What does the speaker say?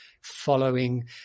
following